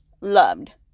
loved